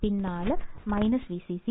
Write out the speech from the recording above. പിൻ 4 Vcc